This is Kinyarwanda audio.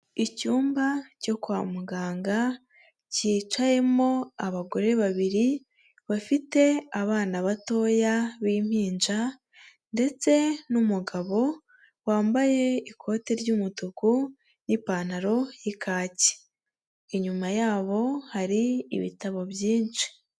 Icyumba cyo kwa muganga kicayemo abagore babiri bafite abana batoya b'impinja ndetse n'umugabo wambaye ikote ry'umutuku n'ipantaro y'ikaki. Inyuma yabo hari ibitabo byinshi.